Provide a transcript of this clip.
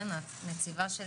הנציבה של